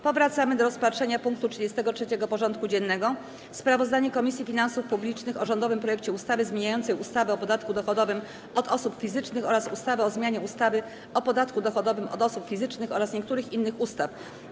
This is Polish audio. Powracamy do rozpatrzenia punktu 33. porządku dziennego: Sprawozdanie Komisji Finansów Publicznych o rządowym projekcie ustawy zmieniającej ustawę o podatku dochodowym od osób fizycznych oraz ustawę o zmianie ustawy o podatku dochodowym od osób fizycznych oraz niektórych innych ustaw.